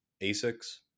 ASICs